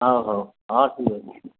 ହଉ ହଉ ହଁ ଠିକ୍ ଅଛି